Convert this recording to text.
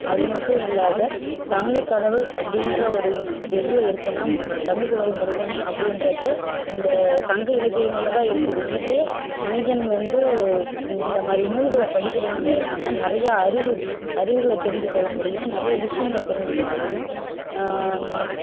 அது மட்டும் இல்லாது தமிழ்க்கடவுள் அப்படிகிற ஒரு எதில் இருக்குதுனா தமிழ்க்கடவுள் முருகன் அப்படிகிறதே இந்த சங்க இலக்கியங்களில் தான் இருக்குது இதே மனிதன் வந்து இந்த மாதிரி நூல்களை படிக்கிறதன் மூலயமா தான் நிறைய அறிவு அறிவுகளை தெரிஞ்சு கொள்ள முடியும் நிறைய விஷயங்களை தெரிஞ்சு கொள்ள முடியும்